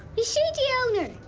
is she the owner?